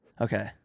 Okay